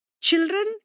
Children